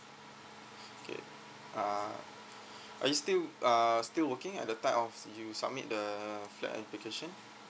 okay uh are you still uh still working at the time of you submit the flat application